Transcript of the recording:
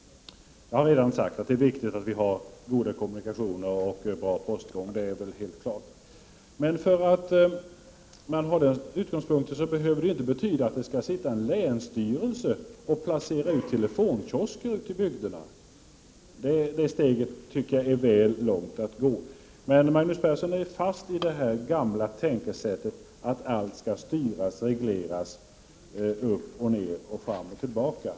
Jag har redan sagt att det är viktigt att vi har goda kommunikationer och bra postgång. Det är helt klart. Men den utgångspunkten behöver inte medföra att det måste sitta en länsstyrelse och placera ut telefonkiosker ute i bygderna. Det steget tycker jag är väl stort att ta. Magnus Persson är emellertid fast i det gamla tänkesättet att allt skall styras och regleras upp och ned och fram och tillbaka.